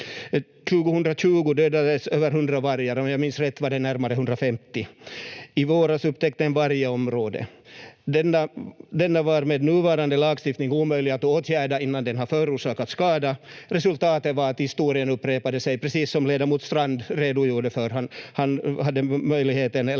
2020 dödades över hundra vargar, om jag minns rätt var det närmare 150. I våras upptäcktes en varg i området. Denna var med nuvarande lagstiftning omöjlig att åtgärda innan den har förorsakat skada. Resultatet var att historien upprepade sig, precis som ledamot Strand redogjorde för. Han hade möjligheten